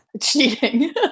cheating